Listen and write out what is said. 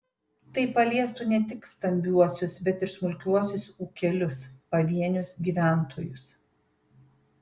tai paliestų ne tik stambiuosius bet ir smulkiuosius ūkelius pavienius gyventojus